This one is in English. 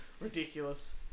Ridiculous